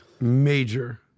major